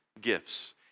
gifts